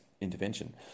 intervention